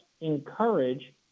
encourage